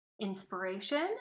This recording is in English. inspiration